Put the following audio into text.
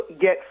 Get